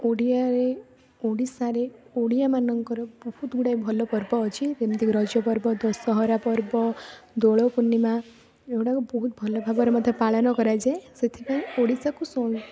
ଓଡ଼ିଆରେ ଓଡ଼ିଶାରେ ଓଡ଼ିଆମାନଙ୍କର ବହୁତ ଗୁଡ଼ାଏ ଭଲ ପର୍ବ ଅଛି ଯେମିତିକି ରଜ ପର୍ବ ଦଶହରା ପର୍ବ ଦୋଳପୂର୍ଣ୍ଣିମା ଏଗୁଡ଼ାକ ବହୁତ ଭଲ ଭାବରେ ମଧ୍ୟ ପାଳନ କରାଯାଏ ସେଥିପାଇଁ ଓଡ଼ିଶାକୁ ସ